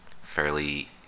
fairly